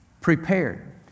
Prepared